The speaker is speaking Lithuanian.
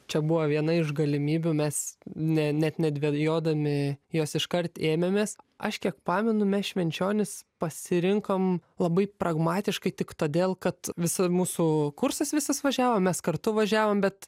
čia buvo viena iš galimybių mes ne net nedvejodami jos iškart ėmėmės aš kiek pamenu mes švenčionis pasirinkom labai pragmatiškai tik todėl kad visa mūsų kursas visas važiavo mes kartu važiavom bet